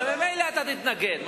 הרי ממילא תתנגד.